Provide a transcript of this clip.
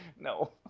no